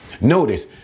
Notice